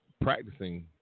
practicing